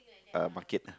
uh market ah